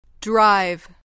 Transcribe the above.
Drive